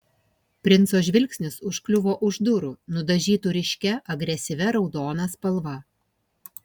princo žvilgsnis užkliuvo už durų nudažytų ryškia agresyvia raudona spalva